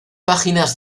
páginas